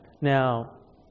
Now